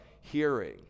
hearing